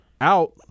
out